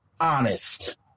honest